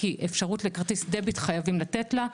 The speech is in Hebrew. כי אפשרות לכרטיס Debit חייבים לתת לה.